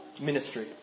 ministry